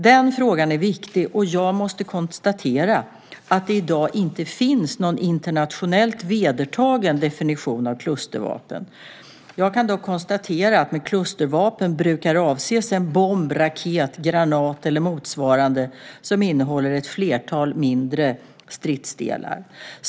Den frågan är viktig, och jag måste konstatera att det i dag inte finns någon internationellt vedertagen definition av klustervapen. Jag kan dock konstatera att med klustervapen brukar avses en bomb, raket, granat eller motsvarande som innehåller ett flertal mindre stridsdelar.